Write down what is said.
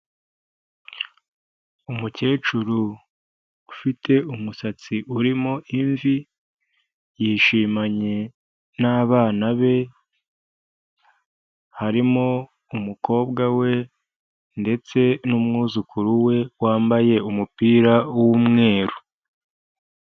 Umukecuru ufite umusatsi urimo imvi, yishimanye n'abana be harimo umukobwa we ndetse n'umwuzukuru we, wambaye umupira w'umweru.